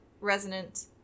resonant